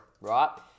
right